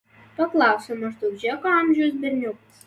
paklausė maždaug džeko amžiaus berniukas